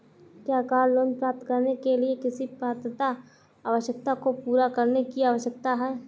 क्या car loan प्राप्त करने के लिए किसी पात्रता आवश्यकता को पूरा करने की आवश्यकता है?